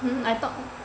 hmm I thought